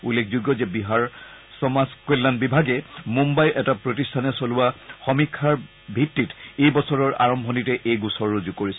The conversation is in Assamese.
উল্লেখযোগ্য যে বিহাৰ সমাজ কল্যাণ বিভাগে মুন্বাইৰ এটা প্ৰতিষ্ঠানে চলোৱা সমীক্ষাৰ ভিণ্ডিত এই বছৰৰ আৰম্ভণীতে এই গোচৰ ৰুজু কৰিছিল